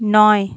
নয়